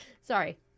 sorry